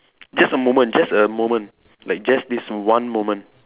just a moment just a moment like just this one moment